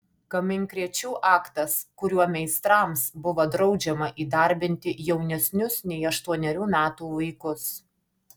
kaminkrėčių aktas kuriuo meistrams buvo draudžiama įdarbinti jaunesnius nei aštuonerių metų vaikus